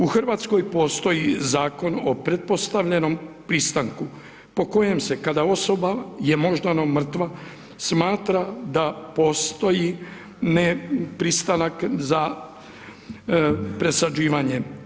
U Hrvatskoj postoji Zakon o pretpostavljanom pristanku, po kojem se kada osoba je moždano mrtva smatra da postoji ne pristanak za presađivanje.